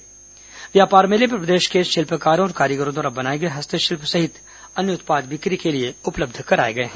इस व्यापार मेले में प्रदेश के शिल्पकाररों और कारीगरों द्वारा बनाए गए हस्तशिल्प सहित अन्य उत्पाद बिक्री के लिए उपलब्ध कराए गए हैं